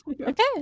Okay